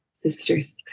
sisters